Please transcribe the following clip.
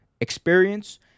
experience